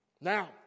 now